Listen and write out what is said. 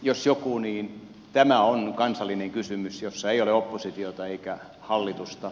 jos joku niin tämä on kansallinen kysymys jossa ei ole oppositiota eikä hallitusta